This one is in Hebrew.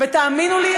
ותאמינו לי,